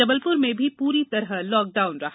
जबलपुर में भी पूरी तरह लॉकडाउन रहा